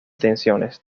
tensiones